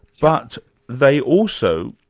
but they also,